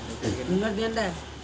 खाता संख्या बताई?